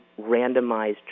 randomized